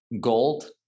gold